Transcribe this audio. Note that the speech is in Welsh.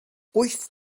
wyth